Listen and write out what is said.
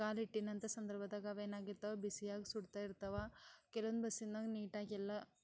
ಕಾಲಿಟ್ಟಿನಂಥ ಸಂದರ್ಭದಾಗ ಅವೇನಾಗಿರ್ತವ ಬಿಸ್ಯಾಗ ಸುಡ್ತಾಯಿರ್ತವ ಕೆಲವೊಂದು ಬಸ್ಸಿನಾಗ ನೀಟಾಗೆಲ್ಲ